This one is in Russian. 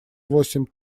восемь